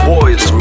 Boys